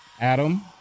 Adam